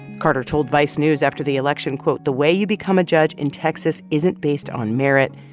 carter told vice news after the election, quote, the way you become a judge in texas isn't based on merit.